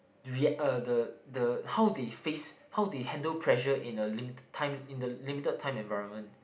react uh the the how they face how they handle pressure in a limited time in the limited time environment